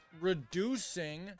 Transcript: reducing